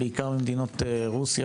בעיקר ממדינות רוסיה,